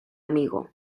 amigo